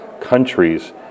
countries